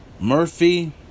Murphy